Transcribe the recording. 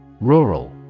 Rural